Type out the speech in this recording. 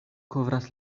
kovras